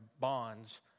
bonds